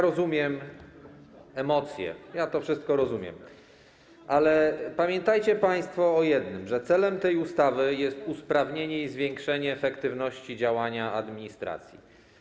Rozumiem emocje, ja to wszystko rozumiem, ale pamiętajcie państwo o jednym: celem tej ustawy jest usprawnienie i zwiększenie efektywności działania administracji.